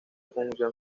conjunción